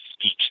speech